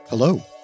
Hello